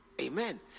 Amen